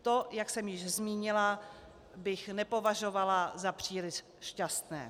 To, jak jsem již zmínila, bych nepovažovala za příliš šťastné.